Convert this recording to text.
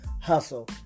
hustle